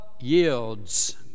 yields